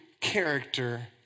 character